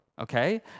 Okay